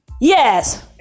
Yes